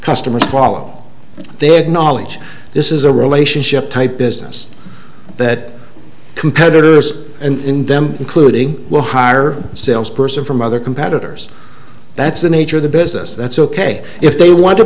customers follow they acknowledge this is a relationship type business that competitors in them including a higher sales person from other competitors that's the nature of the business that's ok if they want to